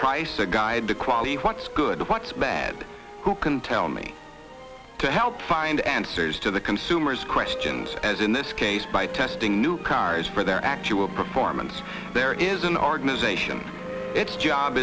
price a guide to quality what's good what's bad who can tell me to help find answers to the consumers questions as in this case by testing new cars for their actual performance there is an organization it's job